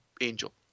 Angel